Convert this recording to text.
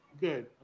Good